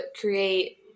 create